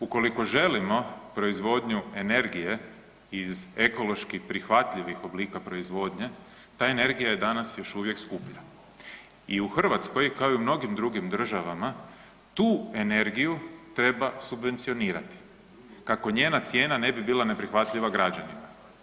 Ukoliko želimo proizvodnju energije iz ekološki prihvatljivih oblika proizvodnje, ta energija je danas još uvijek skuplja i u Hrvatskoj, kao i mnogim drugim državama tu energiju treba subvencionirati kako njena cijena ne bi bila neprihvatljiva građanima.